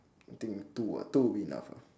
I think two ah two would be enough ah